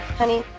honey,